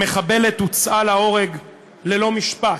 המחבלת הוצאה להורג ללא משפט.